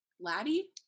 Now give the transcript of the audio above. Laddie